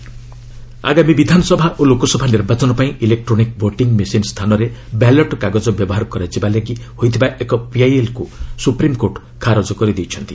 EVM ଆଗାମୀ ବିଧାନସଭା ଓ ଲୋକସଭା ନିର୍ବାଚନ ପାଇଁ ଇଲେକ୍ଟ୍ରୋନିକ୍ ଭୋଟିଂ ମେସିନ ସ୍ଥାନରେ ବ୍ୟାଲଟ୍ କାଗଜ ବ୍ୟବହାର କରାଯିବା ଲାଗି ହୋଇଥିବା ଏକ ପିଆଇଏଲ୍କୁ ସୁପ୍ରିମ୍କୋର୍ଟ ଖାରଜ କରିଦେଇଛନ୍ତି